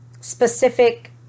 specific